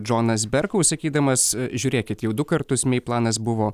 džonas berkou sakydamas žiūrėkit jau du kartus mei planas buvo